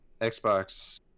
xbox